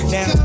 Now